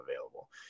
available